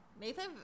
Nathan